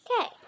Okay